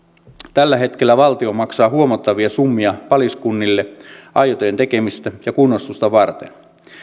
tällä hetkellä valtio maksaa huomattavia summia paliskunnille aitojen tekemistä ja kunnostusta varten